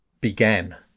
began